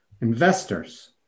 investors